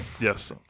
Yes